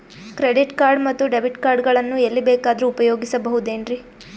Credit card ಮತ್ತು debit card ಗಳನ್ನು ಎಲ್ಲಿ ಬೇಕಾದ್ರು ಉಪಯೋಗಿಸಬಹುದೇನ್ರಿ?